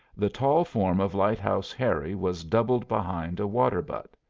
the tall form of lighthouse harry was doubled behind a water butt.